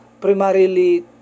primarily